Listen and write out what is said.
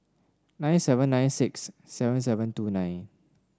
nine seven nine six seven seven two nine